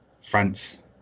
France